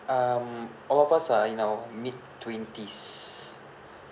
um all of us are in our mid twenties